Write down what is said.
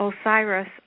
Osiris